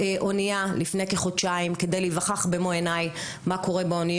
של חברת הכנסת גבי